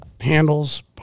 handles